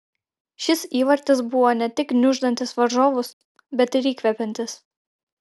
šis įvartis buvo ne tik gniuždantis varžovus bet ir įkvepiantis